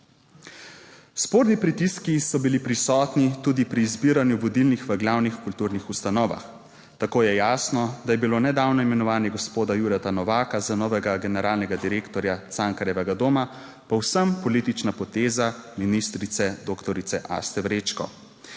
Sporni pritiski so bili prisotni tudi pri izbiranju vodilnih v glavnih kulturnih ustanovah. Tako je jasno, da je bilo nedavno imenovanje gospoda Jureta Novaka za novega generalnega direktorja Cankarjevega doma povsem politična poteza ministrice doktorice Aste Vrečko.